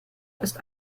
ist